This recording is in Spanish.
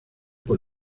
por